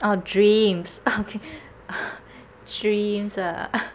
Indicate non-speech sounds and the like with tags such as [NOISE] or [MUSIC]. oh dreams okay [LAUGHS] dreams ah [LAUGHS]